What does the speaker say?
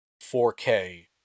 4K